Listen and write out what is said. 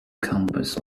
campus